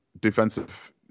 Defensive